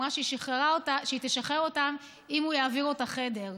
ואמרה שהיא תשחרר אותן אם הוא יעביר אותה חדר,